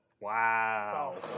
Wow